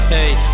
Hey